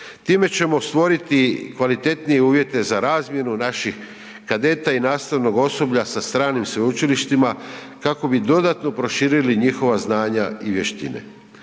Time ćemo stvoriti kvalitetnije uvjete za razmjenu naših kadeta i nastavnog osoblja sa stranim sveučilištima kako bi dodatno proširili njihova znanja i vještine.